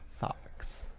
Fox